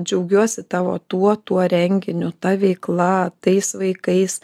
džiaugiuosi tavo tuo tuo renginiu ta veikla tais vaikais